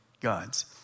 gods